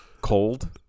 Cold